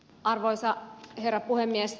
arvoisa herra puhemies